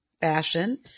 fashion